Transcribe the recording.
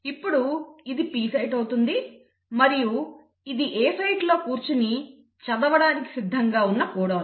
ఇప్పుడు ఇది P site అవుతుంది మరియు ఇది A సైట్లో కూర్చుని చదవడానికి సిద్ధంగా ఉన్న కోడాన్